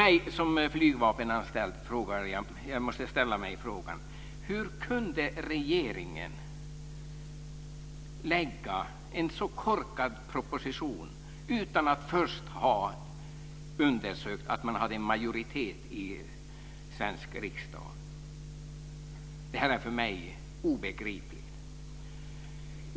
Jag som flygvapenanställd måste ställa mig följande fråga: Hur kunde regeringen lägga fram en så korkad proposition utan att först ha undersökt om man hade en majoritet i Sveriges riksdag? Detta är för mig obegripligt.